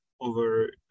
over